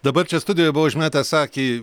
dabar čia studijoj buvau užmetęs akį